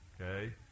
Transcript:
okay